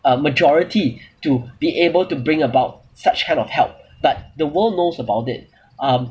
uh majority to be able to bring about such kind of help but the world knows about it um